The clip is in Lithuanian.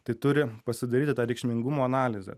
tai turi pasidaryti tą reikšmingumo analizė